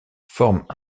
forment